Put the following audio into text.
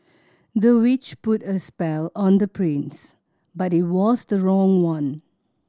the witch put a spell on the prince but it was the wrong one